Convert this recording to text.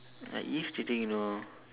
like irritating you know